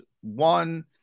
one